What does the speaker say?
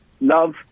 love